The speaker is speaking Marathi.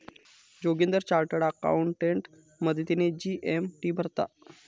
जोगिंदर चार्टर्ड अकाउंटेंट मदतीने जी.एस.टी भरता